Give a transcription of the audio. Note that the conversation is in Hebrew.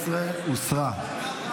12 הוסרה.